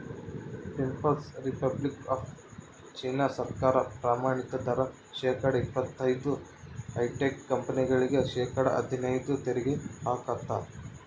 people's Republic of China ಸರ್ಕಾರ ಪ್ರಮಾಣಿತ ದರ ಶೇಕಡಾ ಇಪ್ಪತೈದು ಹೈಟೆಕ್ ಕಂಪನಿಗಳಿಗೆ ಶೇಕಡಾ ಹದ್ನೈದು ತೆರಿಗೆ ಹಾಕ್ತದ